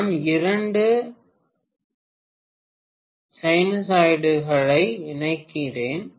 நான் இரண்டு சைனசாய்டுகளை இணைக்கிறேன்